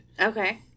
Okay